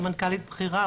סמנכ"לית בכירה,